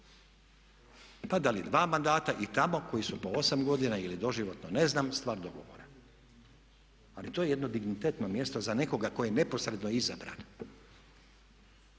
Pa dati dva mandata i tamo koji su po osam godina ili doživotno ne znam, stvar dogovora ali to je dignitetno mjesto za nekoga tko je neposredno izabran